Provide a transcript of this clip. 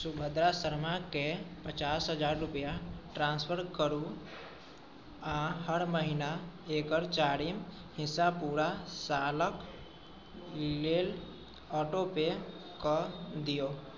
सुभद्रा शर्माके पचास हजार रुपैआ ट्रान्सफर करू आओर हर महिना एकर चारिम हिस्सा पूरा सालक लेल ऑटोपे कऽ दिऔ